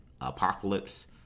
Apocalypse